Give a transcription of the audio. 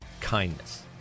kindness